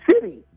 City